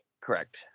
Correct